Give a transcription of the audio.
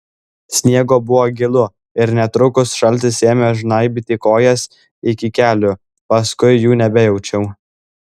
sniego buvo gilu ir netrukus šaltis ėmė žnaibyti kojas iki kelių paskui jų nebejaučiau